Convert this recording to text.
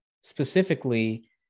specifically